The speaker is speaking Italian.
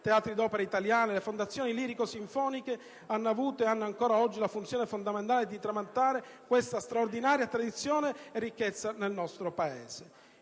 teatri d'opera italiani, le fondazioni lirico-sinfoniche, hanno avuto e hanno ancora oggi la funzione fondamentale di tramandare questa straordinaria tradizione e ricchezza del nostro Paese.